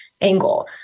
angle